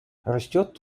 растет